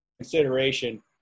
consideration